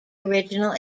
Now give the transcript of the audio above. original